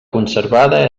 conservada